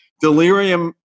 delirium